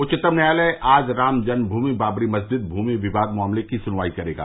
उच्चतम न्यायालय आज राम जन्मग्रमि बाबरी मस्जिद भूमि विवाद मामले की सुनवाई करेगा